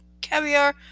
caviar